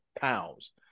pounds